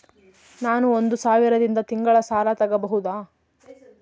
ನಾನು ಒಂದು ಸಾವಿರದಿಂದ ತಿಂಗಳ ಸಾಲ ತಗಬಹುದಾ?